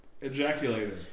ejaculated